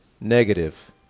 negative